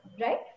right